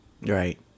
Right